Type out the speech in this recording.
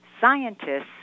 scientists